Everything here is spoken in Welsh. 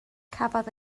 cafodd